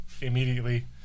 immediately